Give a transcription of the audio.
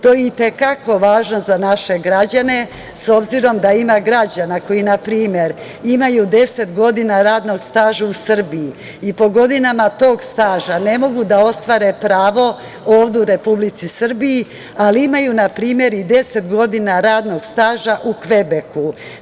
To je i te kako važno za naše građane, s obzirom da ima građana koji na primer imaju 10 godina radnog staža u Srbiji i po godinama tog staža ne mogu da ostvare pravo ovde u Republici Srbiji, ali imaju na primer i 10 godina radnog staža u Kvebeku.